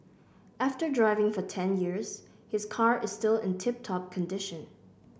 after driving for ten years his car is still in tip top condition